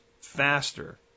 faster